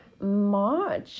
March